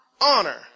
honor